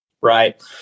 right